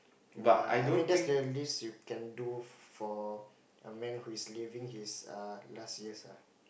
ya I mean that's the least you can do for a man who is living his err last years ah